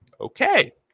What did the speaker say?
Okay